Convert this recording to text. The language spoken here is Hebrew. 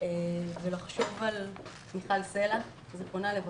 ולחשוב על מיכל סלה ז"ל,